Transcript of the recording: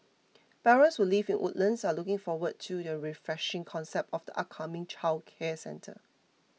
parents who live in Woodlands are looking forward to the refreshing concept of the upcoming childcare centre